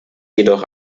jedoch